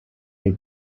may